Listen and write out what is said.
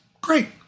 great